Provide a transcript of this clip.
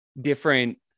different